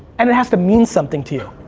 and it has to mean something to you.